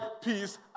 peace